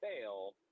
fail